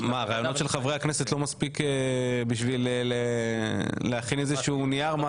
מה הרעיונות של חברי הכנסת לא מספיק בשביל להכין איזשהו נייר?